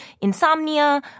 insomnia